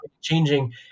changing